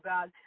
God